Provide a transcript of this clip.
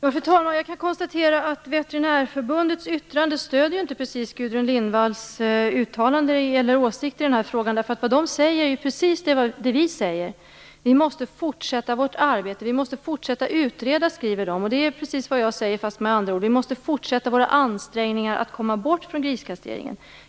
Fru talman! Jag kan konstatera att Veterinärförbundets yttrande inte precis stöder Gudrun Lindvalls åsikt i den här frågan. Vad de säger är ju precis det vi säger. Vi måste fortsätta vårt arbete. Vi måste fortsätta att utreda, skriver de. Det är precis vad jag säger, fast med andra ord. Vi måste fortsätta våra ansträngningar att komma bort från griskastreringen.